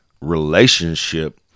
relationship